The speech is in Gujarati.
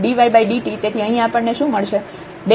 તેથી અહીં આપણને શું મળશે